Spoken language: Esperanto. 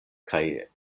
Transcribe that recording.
kaj